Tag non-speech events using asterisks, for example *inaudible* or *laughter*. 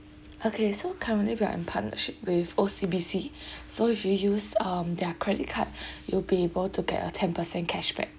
okay so currently we are in partnership with O_C_B_C *breath* so if you used um their credit card *breath* you'll be able to get a ten percent cashback